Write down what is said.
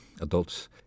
adults